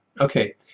okay